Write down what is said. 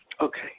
Okay